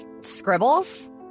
scribbles